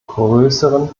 größeren